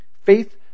Faith